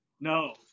No